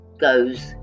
goes